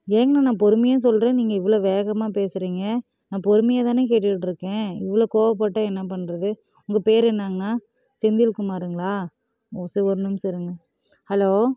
ஏங்கண்ணா நான் பொறுமையாக சொல்லுறேன் நீங்கள் இவ்வளோ வேகமாக பேசுறீங்க நான் பொறுமையாகதானே கேட்டுட்டுருக்கேன் இவ்வளோ கோவப்பட்டால் என்ன பண்ணுறது உங்கள் பேர் என்னங்கண்ணா செந்தில் குமாருங்களா ம் சரி ஒரு நிமிஷம் இருங்க ஹலோ